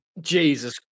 Jesus